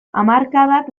hamarkadak